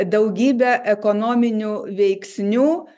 daugybę ekonominių veiksnių